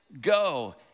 go